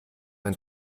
ein